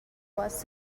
was